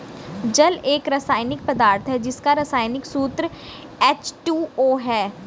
जल एक रसायनिक पदार्थ है जिसका रसायनिक सूत्र एच.टू.ओ है